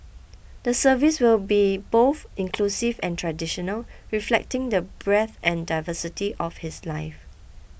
the service will be both inclusive and traditional reflecting the breadth and diversity of his life